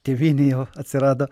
tėvynė jau atsirado